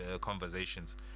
conversations